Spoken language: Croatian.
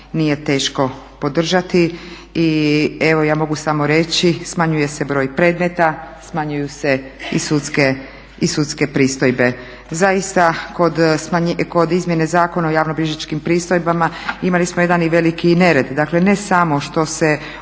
nije teško podržati i evo ja mogu samo reći smanjuje se broj predmeta, smanjuju se i sudske pristojbe. Zaista, kod izmjene Zakona o javnobilježničkim pristojbama imali smo jedan veliki nered. Dakle, ne samo što se